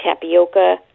tapioca